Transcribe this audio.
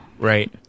Right